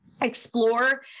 explore